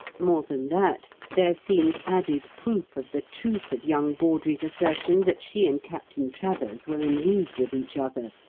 more than that, there seemed added proof of the truth of young bawdrey's assertion that she and captain travers were in league with each other,